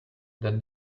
than